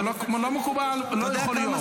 זה לא מקובל ולא יכול להיות.